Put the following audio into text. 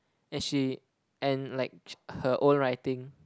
and she and like her own writing